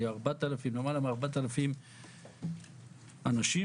למעלה מ-4,000 אנשים,